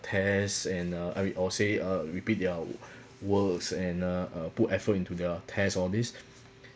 tests and uh and we all say uh repeat their works and uh uh put effort into their test all these